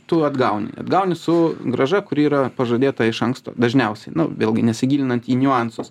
tu atgauni atgauni su grąža kuri yra pažadėta iš anksto dažniausiai nu vėlgi nesigilinant į niuansus